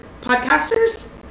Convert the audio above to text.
podcasters